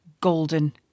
Golden